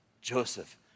Joseph